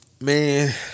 man